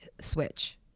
switch